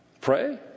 pray